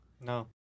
no